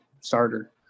starter